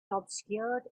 obscured